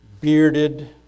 bearded